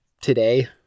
today